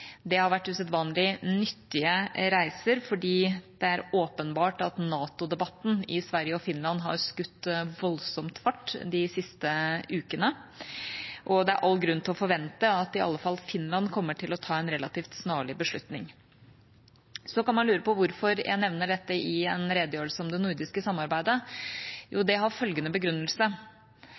Det har vært usedvanlig nyttige reiser, for det er åpenbart at NATO-debatten i Sverige og Finland har skutt voldsomt fart de siste ukene, og det er all grunn til å forvente at i alle fall Finland kommer til å ta en relativt snarlig beslutning. Man kan lure på hvorfor jeg nevner dette i en redegjørelse om det nordiske samarbeidet, men det har følgende begrunnelse: